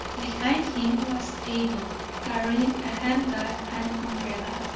behind him was abel, carrying a hand-bag and umbrella.